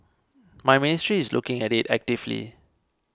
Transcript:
my Ministry is looking at it actively